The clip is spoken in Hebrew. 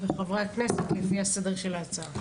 ויתר חברי הכנסת לפי סדר ההצעה.